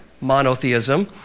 monotheism